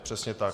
Přesně tak.